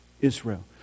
Israel